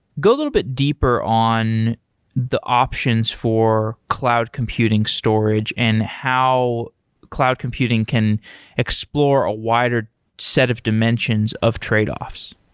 go a little bit deeper on the options for cloud computing storage and how cloud computing can explore a wider set of dimensions of tradeoffs.